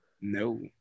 no